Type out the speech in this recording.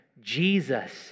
Jesus